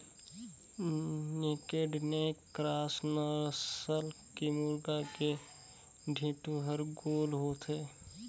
naked neck cross नसल के मुरगा के ढेंटू हर गोल होथे